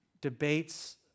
debates